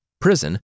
prison